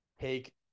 take